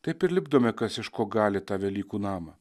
taip ir lipdome kas iš ko gali tą velykų namą